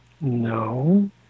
No